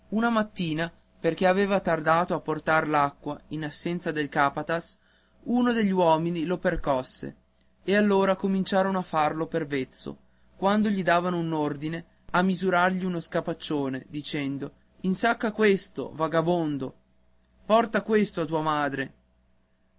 una mattina perché aveva tardato a portar l'acqua in assenza del capataz uno degli uomini lo percosse e allora cominciarono a farlo per vezzo quando gli davano un ordine a misurargli uno scapaccione dicendo insacca questo vagabondo porta questo a tua madre